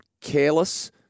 Careless